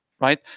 right